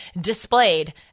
displayed